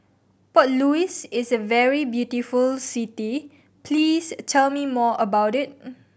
Port Louis is a very beautiful city please tell me more about it